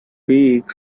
big